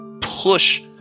push